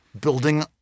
Building